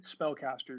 spellcasters